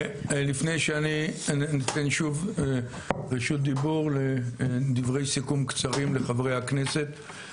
לפני שאני אתן שוב רשות דיבור לדברי סיכום קצרים לחברי הכנסת,